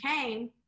came